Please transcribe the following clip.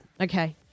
Okay